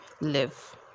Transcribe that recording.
live